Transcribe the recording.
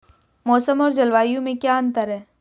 मौसम और जलवायु में क्या अंतर?